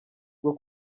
bwo